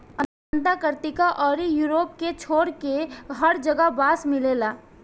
Antarctica अउरी Europe के छोड़के हर जगह बांस मिलेला